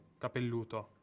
Capelluto